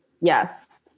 Yes